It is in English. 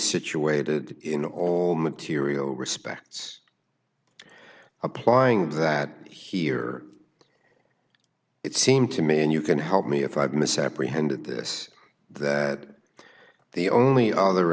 situated in all material respects applying that here it seem to me and you can help me if i misapprehended this that the only other